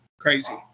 crazy